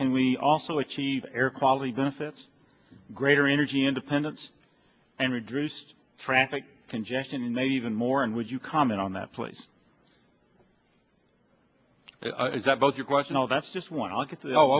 can we also achieve air quality benefits greater energy independence and reduce traffic congestion and maybe even more and would you comment on that please is that both your question or that's just one i'll get to